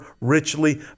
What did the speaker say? richly